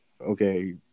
okay